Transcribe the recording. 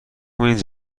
کنید